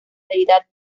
deidad